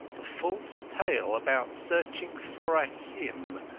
the false tale about searching for a him,